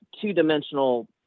two-dimensional